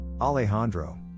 Alejandro